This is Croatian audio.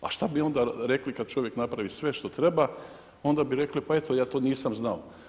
A što bi onda rekli kada čovjek napravi sve što treba onda bi rekli pa eto ja to nisam znao.